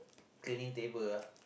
cleaning table ah